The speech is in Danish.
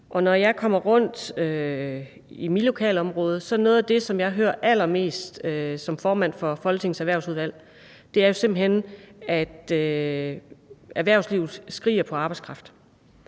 Når jeg kommer rundt i mit lokalområde, er noget af det, jeg hører allermest som formand for Folketingets Erhvervsudvalg, at erhvervslivet simpelt hen skriger på arbejdskraft.